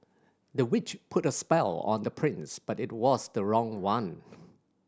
the witch put a spell on the prince but it was the wrong one